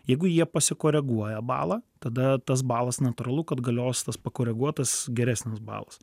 jeigu jie pasikoreguoja balą tada tas balas natūralu kad galios tas pakoreguotas geresnis balas